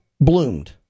bloomed